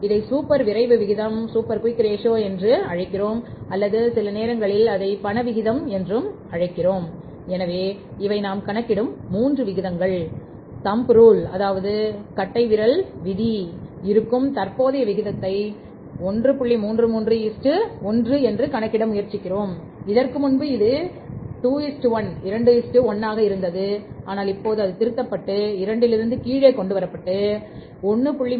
33 1 என்று கணக்கிட முயற்சிக்கிறோம் இதற்கு முன்பு இது 2 1 ஆக இருந்தது ஆனால் இப்போது அது திருத்தப்பட்டு 2 லிருந்து கீழே கொண்டு வரப்பட்டுள்ளது 1